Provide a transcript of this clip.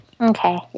Okay